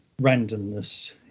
randomness